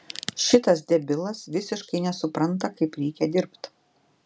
šitas debilas visiškai nesupranta kaip reikia dirbt